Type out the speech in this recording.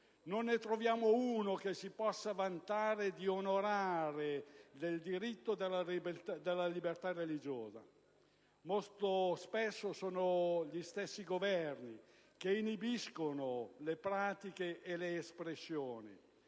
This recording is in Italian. non ne troviamo uno che si possa vantare di onorare il diritto alla libertà religiosa. Molto spesso sono gli stessi Governi che inibiscono le pratiche e le espressioni.